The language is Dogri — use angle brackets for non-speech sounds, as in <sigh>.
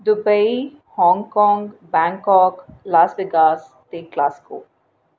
Dubai Hong Kong Bangkok Las vagus <unintelligible>